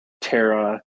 Terra